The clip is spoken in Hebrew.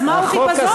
אז מהו חיפזון?